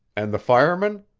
and the fireman?